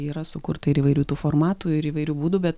yra sukurta ir įvairių tų formatų ir įvairių būdų bet